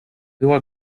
była